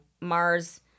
Mars